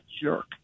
jerk